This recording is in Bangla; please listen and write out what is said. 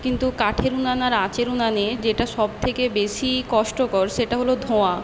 কিন্তু কাঠের উনান আর আঁচের উনানে যেটা সবথেকে বেশি কষ্টকর সেটা হলো ধোঁয়া